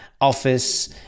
office